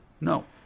No